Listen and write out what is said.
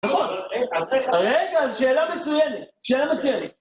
נכון, רגע, אז שאלה מצוינת, שאלה מצוינת.